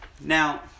Now